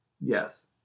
Yes